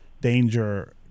danger